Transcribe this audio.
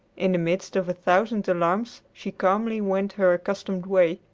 in the midst of a thousand alarms she calmly went her accustomed way,